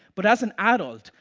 but as an adult,